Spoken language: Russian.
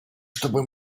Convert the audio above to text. чтобы